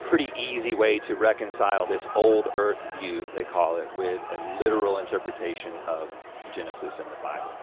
pretty easy way to reconcile this old earth view they call it with a literal interpretation of genesis in the bible.